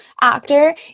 actor